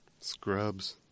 Scrubs